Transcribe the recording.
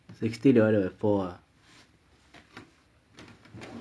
sixty dollars four ah